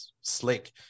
slick